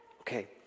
Okay